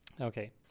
Okay